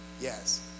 yes